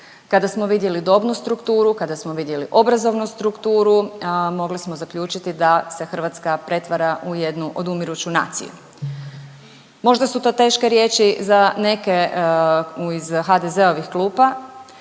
Kada smo vidjeli dobnu strukturu, kada smo vidjeli obrazovnu strukturu mogli smo zaključiti da se Hrvatska pretvara u jednu odumiruću naciju. Možda su to teške riječi za neke iz HDZ-ovih klupa,